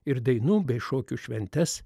ir dainų bei šokių šventes